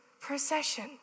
procession